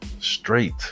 Straight